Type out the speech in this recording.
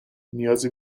نیازی